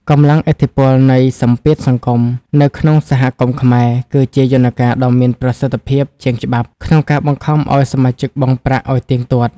កម្លាំងឥទ្ធិពលនៃ "សម្ពាធសង្គម" នៅក្នុងសហគមន៍ខ្មែរ គឺជាយន្តការដ៏មានប្រសិទ្ធភាពជាងច្បាប់ ក្នុងការបង្ខំឱ្យសមាជិកបង់ប្រាក់ឱ្យទៀងទាត់។